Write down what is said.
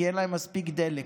כי אין להם מספיק דלק,